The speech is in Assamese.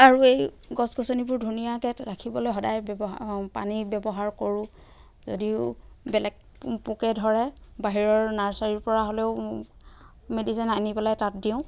আৰু এই গছ গছনিবোৰ ধুনীয়াকৈ ৰাখিবলৈ সদায় ব্যৱহাৰ পানী ব্যৱহাৰ কৰোঁ যদিও বেলেগ পোকে ধৰে বাহিৰৰ নাৰ্চাৰীৰ পৰা হ'লেও মেডিচিন আনি পেলাই তাত দিওঁ